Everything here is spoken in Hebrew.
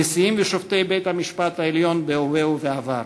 נשיאי ושופטי בית-המשפט העליון בהווה ובעבר,